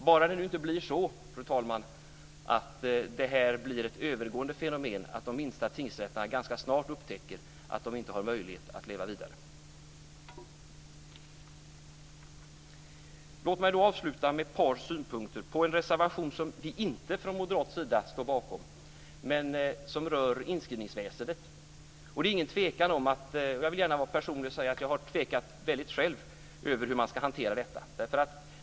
Bara det nu inte blir så, fru talman, att det blir ett övergående fenomen och att de minsta tingsrätterna ganska snart upptäcker att de inte har möjlighet att leva vidare. Låt mig avsluta med ett par synpunkter på en reservation som vi från moderat sida inte står bakom och som rör inskrivningsväsendet. Jag vill gärna vara personlig och säga att jag själv har tvekat hur man ska hantera detta.